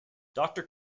doctor